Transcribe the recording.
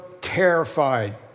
terrified